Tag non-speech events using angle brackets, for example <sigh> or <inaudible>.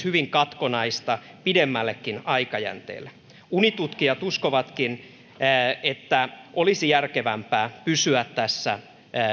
<unintelligible> hyvin katkonaista pidemmälläkin aikajänteellä unitutkijat uskovatkin että olisi järkevämpää pysyä tässä